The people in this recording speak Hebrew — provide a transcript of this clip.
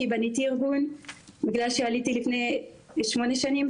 כי בניתי ארגון בגלל שעליתי לפני שמונה שנים,